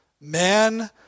man